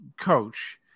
Coach